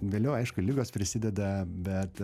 vėliau aišku ligos prisideda bet